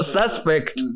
suspect